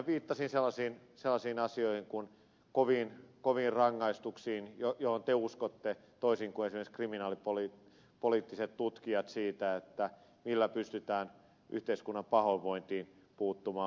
enemmän viittasin sellaisiin asioihin kuin koviin rangaistuksiin joihin te uskotte toisin kuin esimerkiksi kriminaalipoliittiset tutkijat siihen nähden millä pystytään yhteiskunnan pahoinvointiin puuttumaan